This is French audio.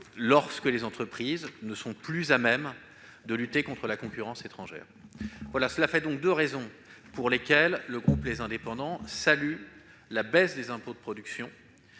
lorsque les entreprises ne sont plus à même de lutter contre la concurrence étrangère. Telles sont les deux raisons pour lesquelles le groupe Les Indépendants salue la baisse des impôts de production.